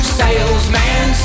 salesman